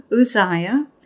Uzziah